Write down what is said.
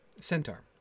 centaur